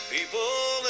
People